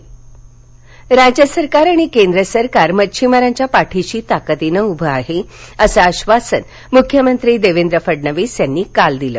मख्यमंत्री पालघर राज्य सरकार आणि केंद्र सरकार मच्छीमारांच्या पाठीशी ताकतीनं उभं आहे असं आधासन मुख्यमंत्री देवेंद्र फडणवीस यांनी काल दिलं